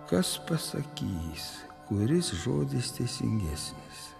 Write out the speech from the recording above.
kas pasakys kuris žodis teisingesnis